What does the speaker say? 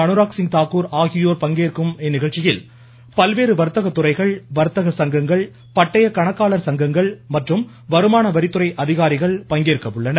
அணுராக் சிங் தாக்கூர் ஆகியோர் பங்கேற்கும் இந்நிகழ்ச்சியில் பல்வேறு வர்த்தக துறைகள் வர்த்தக சங்கங்கள் பட்டய கணக்காளர் சங்கங்கள் மற்றும் வருமான வரித்துறை அதிகாரிகள் கலந்துகொள்கின்றனர்